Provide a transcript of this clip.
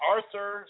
Arthur